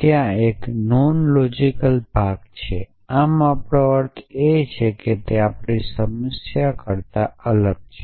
ત્યાં એક non logical ભાગ છે આમ આપણો અર્થ એ છે કે તે આપણી સમસ્યા કરતાં અલગ છે